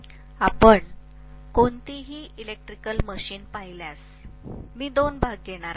आपण कोणतीही electrical machine पाहिल्यास मी दोन भाग घेणार आहे